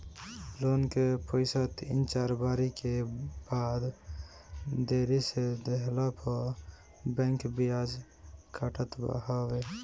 loan के पईसा तीन चार बारी के बाद देरी से देहला पअ बैंक बियाज काटत हवे